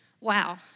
wow